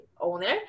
owner